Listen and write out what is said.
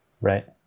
Right